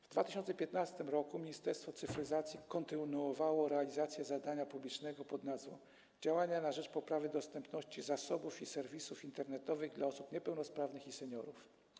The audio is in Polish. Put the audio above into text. W 2015 r. Ministerstwo Cyfryzacji kontynuowało realizację zadania publicznego pod nazwą „Działania na rzecz poprawy dostępności zasobów i serwisów internetowych dla osób niepełnosprawnych i seniorów”